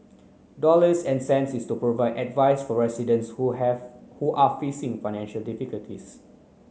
dollars and cents is to provide advice for residents who have who are facing financial difficulties